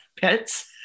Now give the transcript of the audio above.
pets